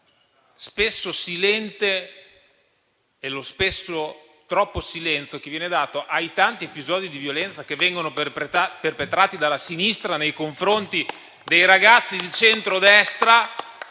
e invece l'eccessivo silenzio che viene riservato ai tanti episodi di violenza che vengono perpetrati dalla sinistra nei confronti dei ragazzi di centrodestra